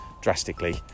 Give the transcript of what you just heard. drastically